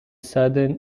southern